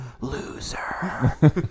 loser